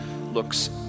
looks